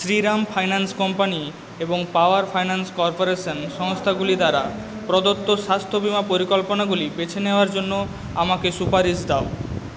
Shriram finance company এবং power finance corporation সংস্থাগুলি দ্বারা প্রদত্ত স্বাস্থ্য বিমা পরিকল্পনাগুলি বেছে নেওয়ার জন্য আমাকে সুপারিশ দাও